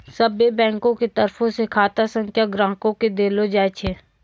सभ्भे बैंको के तरफो से खाता संख्या ग्राहको के देलो जाय छै